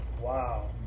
wow